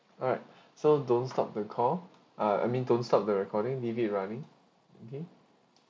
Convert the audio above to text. alright so don't stop the call uh I mean don't stop the recording leave it running okay